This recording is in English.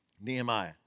Nehemiah